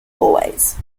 hallways